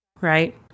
right